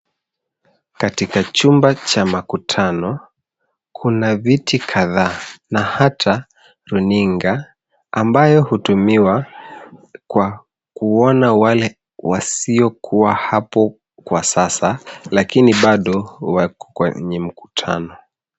Katika chumba cha makutano, kuna viti kadhaa na hata runinga ambayo hutumika kwa kuona wale wasio kuwa hapo kwa sasa lakini bado wako kwenye mkutano.